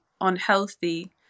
unhealthy